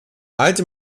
alte